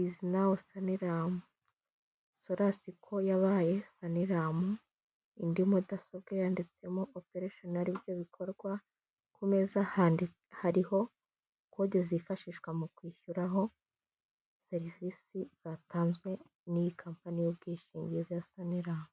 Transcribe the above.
izi nawu sanilamu solasi ko yabaye sanilamu, indi mudasobwa yanditsemo opereshoni ari byo bikorwa ku meza hariho kode zifashishwa mu kwishyuraho serivise zatanzwe n'iyi kampani y'ubwishingizi ya sanilamu.